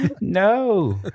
No